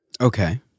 Okay